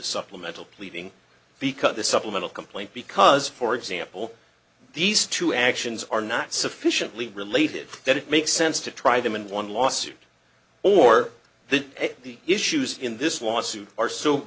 supplemental pleading because the supplemental complaint because for example these two actions are not sufficiently related that it makes sense to try them in one lawsuit or the the issues in this lawsuit are so